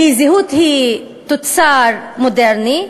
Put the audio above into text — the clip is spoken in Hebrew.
כי זהות היא תוצר מודרני,